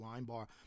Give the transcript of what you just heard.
Linebar